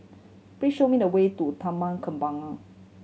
please show me the way to Taman Kembangan